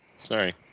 sorry